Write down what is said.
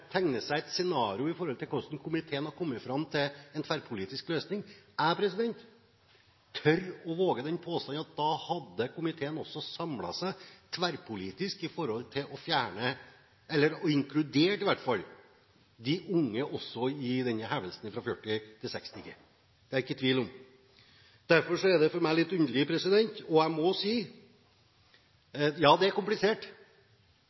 tegne seg et scenario når det gjelder hvordan komiteen hadde kommet fram til en tverrpolitisk løsning. Jeg tør å våge den påstand at da hadde komiteen også samlet seg tverrpolitisk for å fjerne taket eller i hvert inkludert også de unge i denne hevingen fra 40 til 60 G. Det er det ikke tvil om. Derfor er det for meg litt underlig, og jeg må si